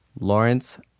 Lawrence